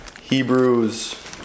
Hebrews